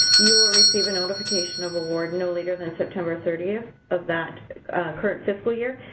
you will receive a notification of award no later than september thirtieth of that current fiscal year.